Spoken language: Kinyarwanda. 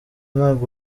ntabwo